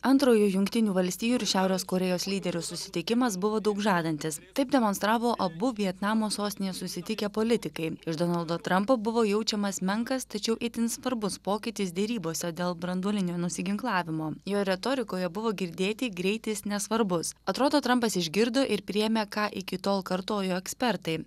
antrojo jungtinių valstijų ir šiaurės korėjos lyderių susitikimas buvo daug žadantis taip demonstravo abu vietnamo sostinėj susitikę politikai iš donaldo trampo buvo jaučiamas menkas tačiau itin svarbus pokytis derybose dėl branduolinio nusiginklavimo jo retorikoje buvo girdėti greitis nesvarbus atrodo trampas išgirdo ir priėmė ką iki tol kartojo ekspertai